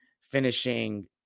finishing